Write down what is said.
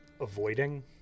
avoiding